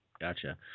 Gotcha